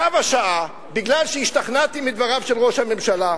צו השעה, מכיוון שהשתכנעתי מדבריו של ראש הממשלה,